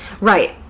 Right